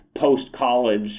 post-college